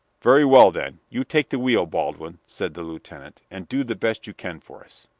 very well, then, you take the wheel, baldwin, said the lieutenant, and do the best you can for us.